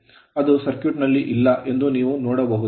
ಅದು ಸರ್ಕ್ಯೂಟ್ ನಲ್ಲಿ ಇಲ್ಲ ಎಂದು ನೀವು ನೋಡಬಹುದು